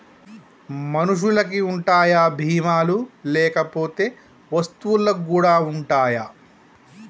మనుషులకి ఉంటాయా బీమా లు లేకపోతే వస్తువులకు కూడా ఉంటయా?